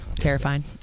Terrifying